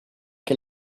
che